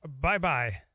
Bye-bye